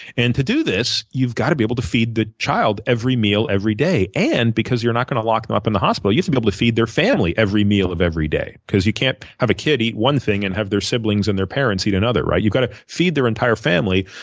and to do this you've got to be able to feed the child every meal, every day. and because you're not gonna lock them up in the hospital, you have to be able to feed their family every meal of every day because you can't have a kid eat one thing and have their siblings and their parents eat another. you've got to feed their entire family,